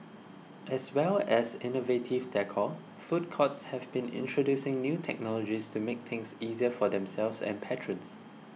as well as innovative decor food courts have been introducing new technologies to make things easier for themselves and patrons